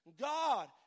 God